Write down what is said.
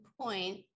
point